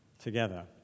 together